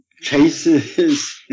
chases